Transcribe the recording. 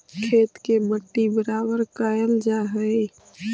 खेत के मट्टी बराबर कयल जा हई